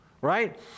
right